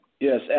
Yes